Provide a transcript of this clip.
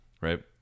right